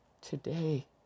today